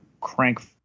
crank